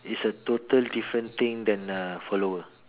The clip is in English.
is a total different thing than a follower